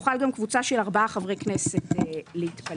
תוכל גם קבוצה של ארבעה חברי כנסת להתפלג.